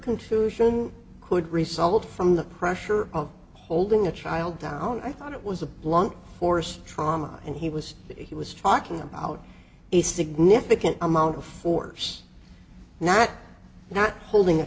contusion could result from the pressure of holding a child down i thought it was a blunt force trauma and he was he was talking about a significant amount of force not not holding a